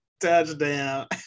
Touchdown